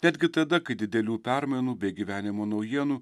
netgi tada kai didelių permainų bei gyvenimo naujienų